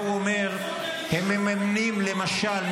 --- למשל,